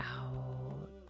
out